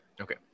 Okay